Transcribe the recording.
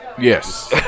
Yes